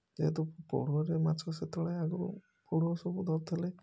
ଯେହେତୁ ପୋଢ଼ୁଅଂରେ ମାଛ ସେତେବେଳେ ଆଗରୁ ପୋଢ଼ୁଅଂରେ ସବୁ ଧରୁଥିଲେ